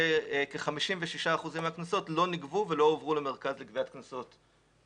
כ-56 אחוזים מהקנסות לא ניגבו ולא הועברו למרכז לגביית קנסות.